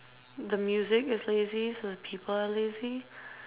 the music is lazy so the people are lazy